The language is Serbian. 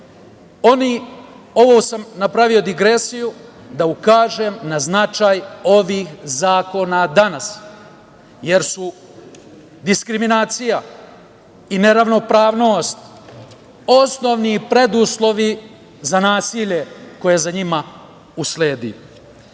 Ovo sam napravio digresiju da bih ukazao na značaj ovih zakona danas, jer su diskriminacija i neravnopravnost osnovni preduslovi za nasilje koje za njima usledi. Stoga